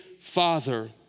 father